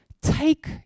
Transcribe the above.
Take